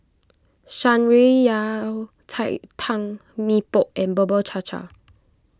Shan Rui Yao Cai Tang Mee Pok and Bubur Cha Cha